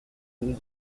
douze